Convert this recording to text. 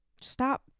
Stop